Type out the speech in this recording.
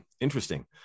Interesting